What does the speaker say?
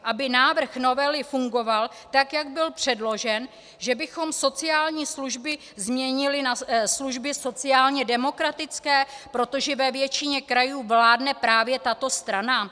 Aby návrh novely fungoval, tak jak byl předložen, že bychom sociální služby změnili na služby sociálně demokratické, protože ve většině krajů vládne právě tato strana?